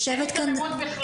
אין היתממות בכלל.